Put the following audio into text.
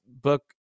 book